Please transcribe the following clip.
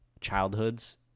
childhoods